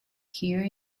here